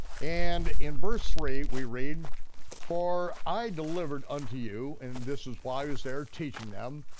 and in verse three we read for i delivered unto you, and this is why he was there, teaching them,